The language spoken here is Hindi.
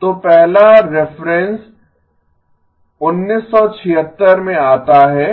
तो पहला रेफ़रन्स 1976 में आता है